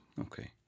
Okay